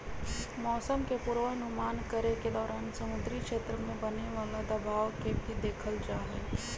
मौसम के पूर्वानुमान करे के दौरान समुद्री क्षेत्र में बने वाला दबाव के भी देखल जाहई